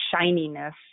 shininess